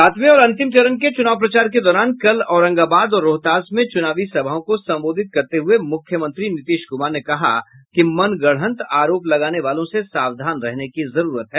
सातवें और अंतिम चरण के चुनाव प्रचार के दौरान कल औरंगाबाद और रोहतास में चुनावी सभाओं को संबोधित करते हुए मुजख्यमंत्री नीतीश कुमार ने कहा कि मनगढ़ंत आरोप लगाने वालों से सावधान रहने की जरूरत है